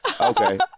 Okay